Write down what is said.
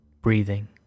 breathing